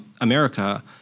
America